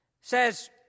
says